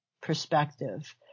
perspective